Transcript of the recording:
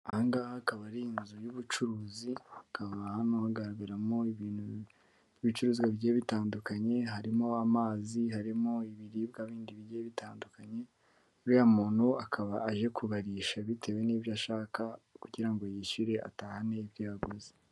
Aha ngaha akaba ari inzu y'ubucuruzi, hakaba harimo hagaragaramo ibintu by'ibicuruzwa bigiye bitandukanye, harimo amazi, harimo ibiribwa bindi bigiye bitandukanye, uriya muntu akaba aje kubarisha bitewe n'ibyo ashaka kugira ngo yishyure atahane ibyo yaguze.